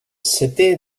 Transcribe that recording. seté